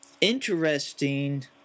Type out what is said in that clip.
interesting